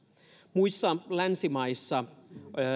muissa länsimaissa